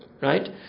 right